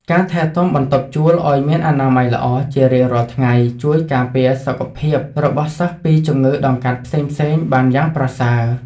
ការថែទាំបន្ទប់ជួលឱ្យមានអនាម័យល្អជារៀងរាល់ថ្ងៃជួយការពារសុខភាពរបស់សិស្សពីជំងឺដង្កាត់ផ្សេងៗបានយ៉ាងប្រសើរ។